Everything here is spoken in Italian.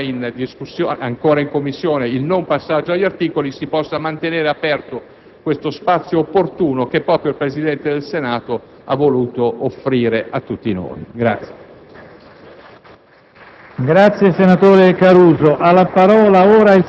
credo che, attraverso la ridiscussione del disegno di legge in Commissione e il non passaggio agli articoli, si possa mantenere aperto questo spazio opportuno che il Presidente del Senato ha voluto offrire a tutti noi.